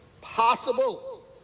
possible